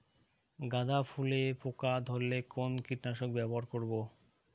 গাদা ফুলে পোকা ধরলে কোন কীটনাশক ব্যবহার করব?